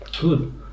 Good